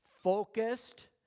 Focused